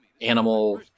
animal